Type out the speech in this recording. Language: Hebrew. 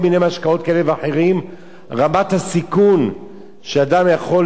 רמת הסיכון שאדם יכול ללקות באירוע מוחי,